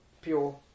pure